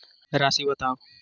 राशि बताउ